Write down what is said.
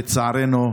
לצערנו,